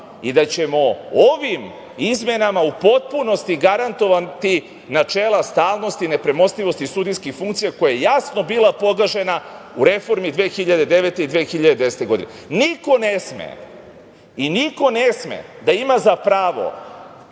i da ćemo ovim izmenama u potpunosti garantovati načela stalnosti, nepremostivosti sudijskih funkcija koja je jasno bila pogažena u reformi 2009. i 2010. godine. Niko ne sme i niko ne sme da ima za pravo